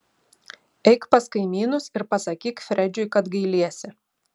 eik pas kaimynus ir pasakyk fredžiui kad gailiesi